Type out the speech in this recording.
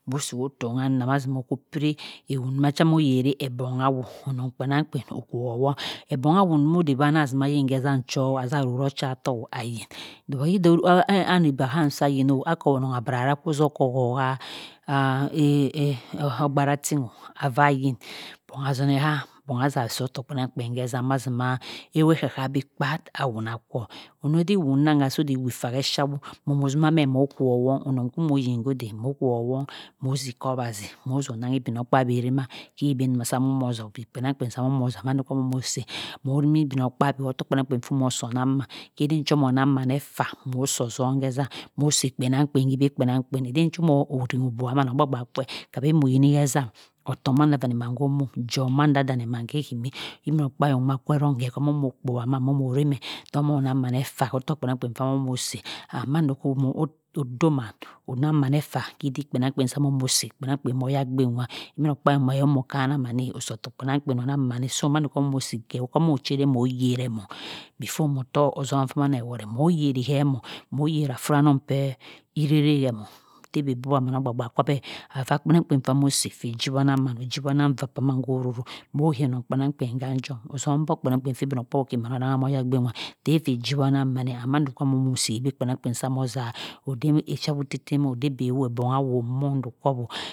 Mho si whoo ttho wha nnah mazima okho piri ewhoma amoh yeri egbongha whu onong kpenamkpen oklu owung egbongha moh dey zina yin khezam soh aza roro chattohk oh ayin doh inah ani onong abra rah ohsoh klaho auah yin bongha zohehan bong zaa soh ottok kpenamkpen khezam mazi maa eweh ekla kha bi kpa awuna kwo onoh dhe owho nangha soh dhe ewhu faa khe shawhu mo kwo wong bho onong ku mo yin kho dhe mho kuwowong moh zi khawazi moh zoh nanghi igbmogkpaabi erima he bhe sah amohor igbi kpenamkpen amoh zah mando omoh sah moh rimi igbimogkpaabi khottohk kpenangkpen kho omoh soh anang maan kheden soh omoh nang mhan efa moh soh ozuuh khezam moh si kpenang kpen kibe kpenang kpen eden cho pmoh odim obua ogba gba kwe kham bi moh yini herzam ottohk wander vanny mhan ho muk joh manda uuni mhan hey himi igbim ogkpaabi kerong moh moh kpoh mamoh moh rimeh teh omo nang mhan efa ottohk pikpengkpen amoh omo si ah mando omoh doman onong mhan efa kiddihk kpenang kpen sa amoh si kpenangkpen moh yah gbin mah igbimogkpuabi khe omoh kanmah mhan osoh ottok kpenangkpen onang mhan eh soo mhandoh omoh si khe amoh ochedem moh yherehmong before moh terword eh ozum saman eworeh mohyerihe mong moh yeri afrahnong hey hirayrak teh bhe buwa agboba subeh avah kpenangkpen amoh si kwe ojiwanang mhan ojiwa nang vah saman kho roruk mho he onong kpenangkpen ha njom ozum buhk kpenangkpenha igbimogkpabi onangha moh yagbin whateh kwe ojiwa onang mhane and mando moh omoh seh ogbe kpenangkpen amoh zha odey woh osha wuh tteh tteh amoh za.